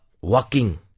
Walking